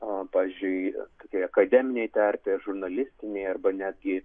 o pavyzdžiui tokioj akademinėj terpėj žurnalistinėj arba netgi